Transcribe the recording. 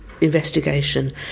investigation